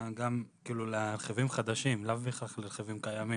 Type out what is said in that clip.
לעובד שחל עליו הסכם קיבוצי